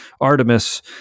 Artemis